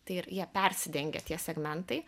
tai ir jie persidengia tie segmentai